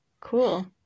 Cool